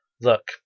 Look